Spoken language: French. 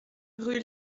rue